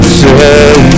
say